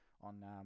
on